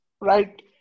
Right